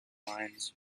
mines